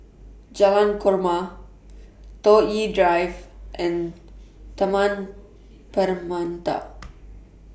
Jalan Korma Toh Yi Drive and Taman Permata